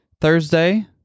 Thursday